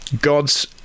God's